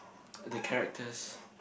the characters